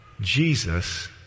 Jesus